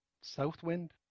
Southwind